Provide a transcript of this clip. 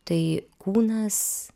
tai kūnas